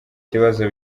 kibazo